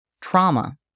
Trauma